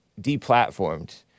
deplatformed